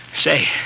Say